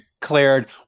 declared